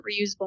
reusable